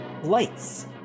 Lights